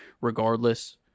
regardless